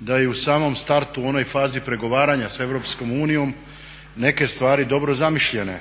da je u samom startu u onoj fazi pregovaranja sa EU neke stvari dobro zamišljene.